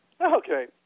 Okay